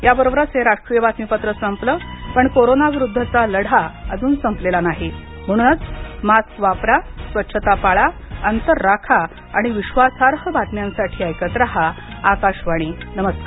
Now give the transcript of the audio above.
याबरोबरच हे राष्ट्रीय बातमीपत्र संपलं पण कोरोनाविरुद्धचा लढा अजून संपलेला नाही म्हणूनच मास्क वापरा स्वच्छता पाळा अंतर राखा आणि विश्वासार्ह बातम्यांसाठी ऐकत रहा आकाशवाणी नमस्कार